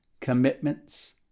commitments